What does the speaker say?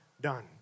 done